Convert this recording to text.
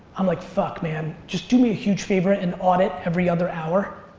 i'm like fuck, man. just do me a huge favor and audit every other hour,